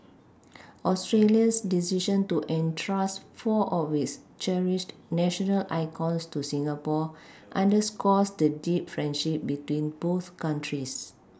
Australia's decision to entrust four of its cherished national icons to Singapore underscores the deep friendship between both countries